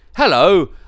Hello